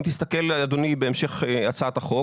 אם תסתכל אדוני בהמשך הצעת החוק